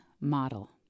model